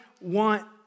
want